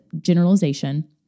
generalization